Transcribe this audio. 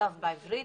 שנכתב בעברית,